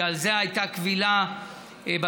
שעל זה הייתה קבילה בבג"ץ,